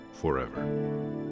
forever